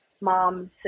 mom